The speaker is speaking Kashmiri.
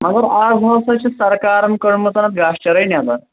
مگر آز ہسا چھِ سرکارن کٔرمٕژن گاسہٕ چرٲے نٮ۪بر